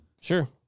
Sure